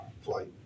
flight